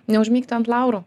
neužmigti ant laurų